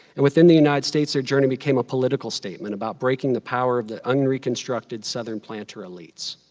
and within the united states, their journey became a political statement about breaking the power of the unreconstructed southern planter elites.